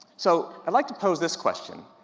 so, i'd like to pose this question,